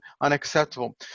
unacceptable